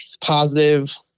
positive